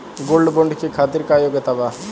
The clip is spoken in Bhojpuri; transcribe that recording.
गोल्ड बोंड करे खातिर का योग्यता बा?